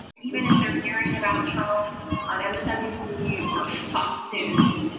even if they're hearing about trump on msnbc or fox news,